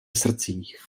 srdcích